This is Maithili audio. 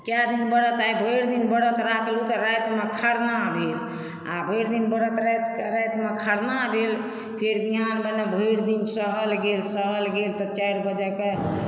कए दिन व्रत आइ भरि दिन व्रत राखलहुँ तऽ रातिमे खरना भेल आ भरि दिन व्रत राखिके रातिमे खरना भेल फेर बिहान भेने भरि दिन सहल गेल सहल गेल तऽ चारि बजेके